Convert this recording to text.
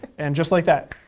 and just like that.